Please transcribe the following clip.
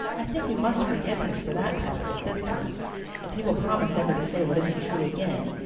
i think we must forgive him for that part of it this time if he will promise never to say what isn't true again.